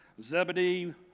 Zebedee